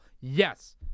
Yes